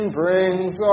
brings